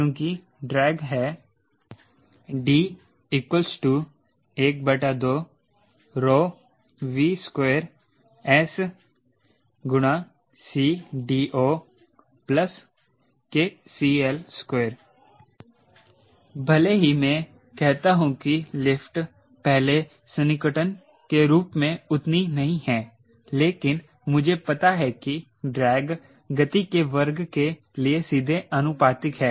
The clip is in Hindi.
क्योंकि ड्रैग है D 12V2S CDO KCL2 भले ही मैं कहता हूं कि लिफ्ट पहले सन्निकटन के रूप में उतनी नहीं है लेकिन मुझे पता है कि ड्रैग गति के वर्ग के लिए सीधे आनुपातिक है